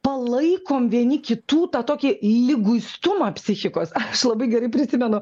palaikom vieni kitų tą tokį liguistumą psichikos aš labai gerai prisimenu